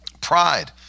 Pride